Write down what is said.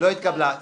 הצבעה בעד,